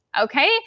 Okay